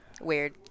weird